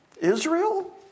Israel